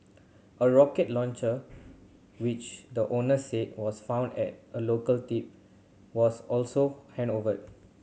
a rocket launcher which the owner said was found at a local tip was also handed over